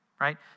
right